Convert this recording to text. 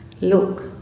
look